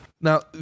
Now